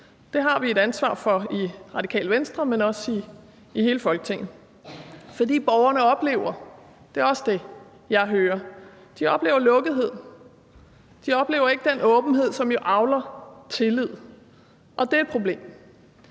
Det har vi et ansvar for i Radikale Venstre, men også i hele Folketinget. For borgerne oplever – det er også det, jeg hører – lukkethed; de oplever ikke den åbenhed, som jo avler tillid. Og det er et problem.